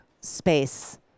space